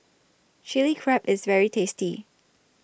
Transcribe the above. Chilli Crab IS very tasty